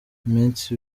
iminsi